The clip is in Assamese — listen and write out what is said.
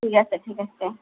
ঠিক আছে ঠিক আছে